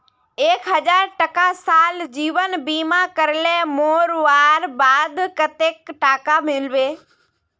एक हजार टका साल जीवन बीमा करले मोरवार बाद कतेक टका मिलबे?